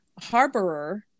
harborer